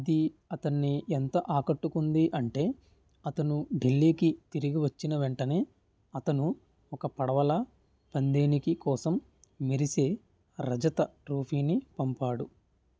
అది అతన్ని ఎంత ఆకట్టుకుంది అంటే అతను ఢిల్లీకి తిరిగి వచ్చిన వెంటనే అతను ఒక పడవల పందానికి కోసం మెరిసే రజత ట్రోఫీని పంపాడు